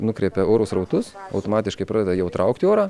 nukreipia oro srautus automatiškai pradeda jau traukti orą